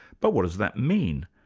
but what does that mean?